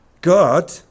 God